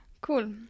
Cool